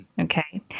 okay